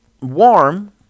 warm